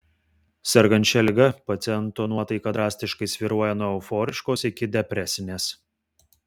sergant šia liga paciento nuotaika drastiškai svyruoja nuo euforiškos iki depresinės